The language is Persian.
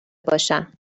باشم